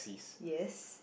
yes